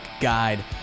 Guide